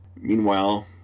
Meanwhile